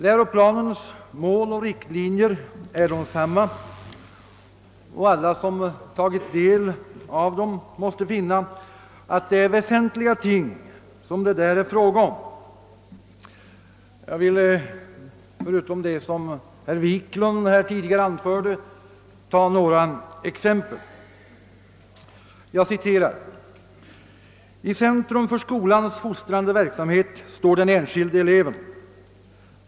Läroplanens mål och riktlinjer är desamma, och alla som tagit del av dem, måste finna att det är fråga om väsentliga ting. Jag skall, utöver vad herr Wiklund här tidigare citerade, anföra några citat som visar detta. Det heter i läroplanen: »I centrum för skolans fostrande verksamhet står den enskilde eleven.